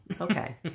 Okay